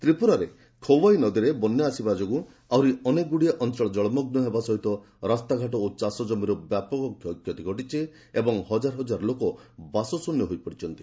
ତ୍ରିପୁରାରେ ଖୋୱାଇ ନଦୀରେ ବନ୍ୟା ଆସିବା ଫଳରେ ଆହୁରି ଅନେଗୁଡ଼ିଏ ଅଞ୍ଚଳ ଜଳମଗୁ ହେବା ସହ ରାସ୍ତାଘାଟ ଓ ଚାଷକମିର ବ୍ୟାପକ କ୍ଷୟକ୍ଷତି ଘଟିଛି ଏବଂ ହଜାର ହଜାର ଲୋକ ବାସ ଶ୍ରନ୍ୟ ହୋଇପଡ଼ିଛନ୍ତି